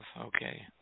okay